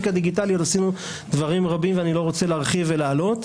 עשינו עוד דברים רבים ואני לא רוצה להרחיב ולהלאות,